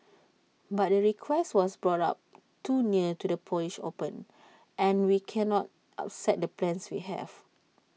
but the request was brought up too near to the polish open and we cannot upset the plans we have